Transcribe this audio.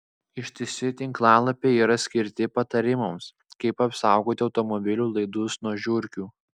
ištisi tinklalapiai yra skirti patarimams kaip apsaugoti automobilių laidus nuo žiurkių